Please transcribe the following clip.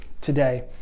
today